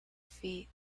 feet